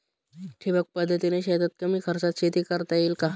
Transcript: ठिबक पद्धतीने शेतात कमी खर्चात शेती करता येईल का?